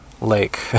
lake